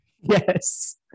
yes